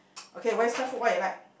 okay Western food what you like